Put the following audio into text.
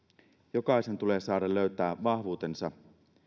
jokaisen tulee saada löytää vahvuutensa